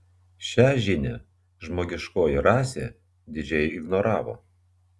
šią žinią žmogiškoji rasė didžiai ignoravo